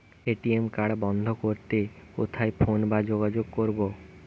ATM card বন্ধ করতে কোথায় ফোন বা যোগাযোগ করব?